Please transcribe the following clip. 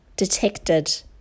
Detected